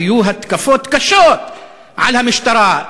היו התקפות קשות על המשטרה,